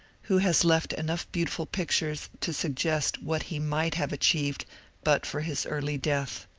who has left enough beautiful pictures to suggest what he might have achieved but for his early death.